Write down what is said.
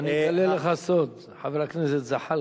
אני אגלה לך סוד, חבר הכנסת זחאלקה: